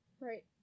Right